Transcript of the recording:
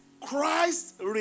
Christ